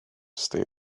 stay